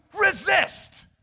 resist